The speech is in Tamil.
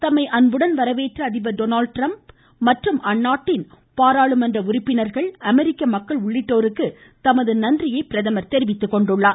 தம்மை அன்போடு வரவேற்ற அதிபர் டொனால்டு ட்ரம்ப் மற்றும் அந்நாட்டின் பாராளுமன்ற உறுப்பினர்கள் அமெரிக்க மக்கள் உள்ளிட்டோருக்கு தமது நன்றியை பிரதமர் தெரிவித்துக் கொண்டுள்ளார்